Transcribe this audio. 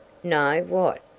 no, what?